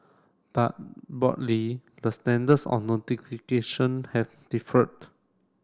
but broadly the standards on notification have differed